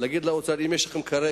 צריכים להגיד לאוצר: אם יש לכם כרגע,